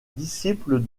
disciples